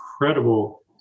incredible